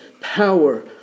power